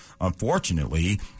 unfortunately